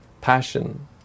passion